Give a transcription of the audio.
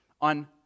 on